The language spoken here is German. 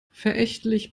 verächtlich